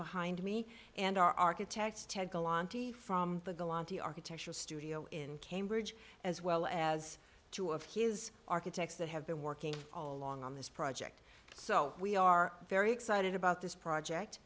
behind me and our architects ted galante from the golan the architectural studio in cambridge as well as two of his architects that have been working all along on this project so we are very excited about this project